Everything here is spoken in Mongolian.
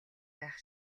байх